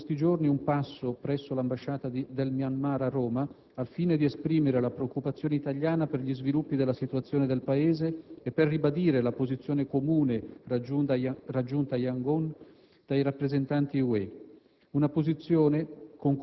Abbiamo effettuato proprio in questi giorni un passo presso l'ambasciata del Myanmar a Roma, al fine di esprimere la preoccupazione italiana per gli sviluppi della situazione del Paese e per ribadire la posizione comune raggiunta a Yangon dai rappresentanti UE.